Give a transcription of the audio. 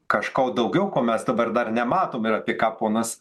kažko daugiau ko mes dabar dar nematom ir apie ką ponas